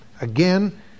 Again